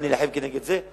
ואלחם כנגד זה,